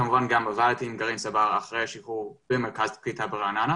כמובן גם עבדתי עם גרעין צבר אחרי השחרור במרכז קליטה ברעננה